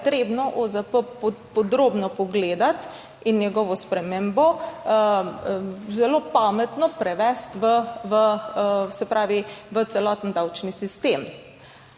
potrebno OZP podrobno pogledati in njegovo spremembo zelo pametno prevesti v celoten davčni sistem.